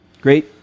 great